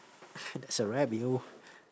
that's a wrap yo